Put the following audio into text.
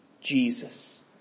Jesus